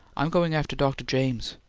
i'm going after dr. james.